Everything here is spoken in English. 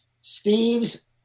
Steve's